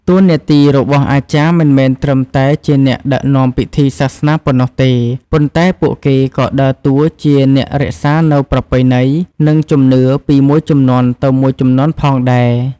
តួនាទីរបស់អាចារ្យមិនមែនត្រឹមតែជាអ្នកដឹកនាំពិធីសាសនាប៉ុណ្ណោះទេ ប៉ុន្តែពួកគេក៏ដើរតួជាអ្នករក្សានូវប្រពៃណី និងជំនឿពីមួយជំនាន់ទៅមួយជំនាន់ផងដែរ។